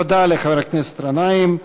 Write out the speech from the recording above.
תודה לחבר הכנסת גנאים.